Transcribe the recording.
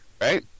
Right